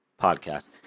podcast